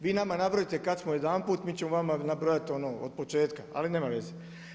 Vi nama nabrojete kada smo jedanput, mi ćemo vama nabrojati ono od početka, ali nema veze.